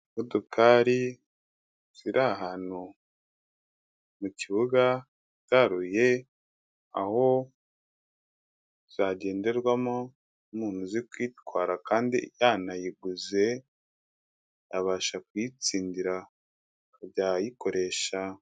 Imodokari ziri ahantu mu kibuga zaruye aho zagenderwamo n'umuntu uzi kwitwara kandi yanayiguze, abasha kuyitsindira yayikoresha.